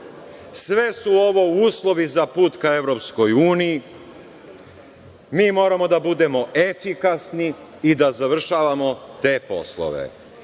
Sve su ovo uslovi za put ka EU. Mi moramo da budemo efikasni i da završavamo te poslove. Mi